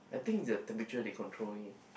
I think the temperature they controlling